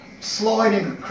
sliding